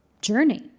journey